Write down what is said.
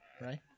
Right